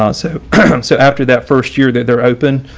um so um so after that first year that they're open,